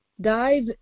dive